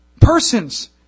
persons